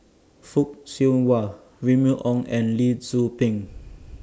Fock Siew Wah Remy Ong and Lee Tzu Pheng